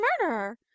murderer